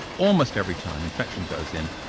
almost every time infection goes in,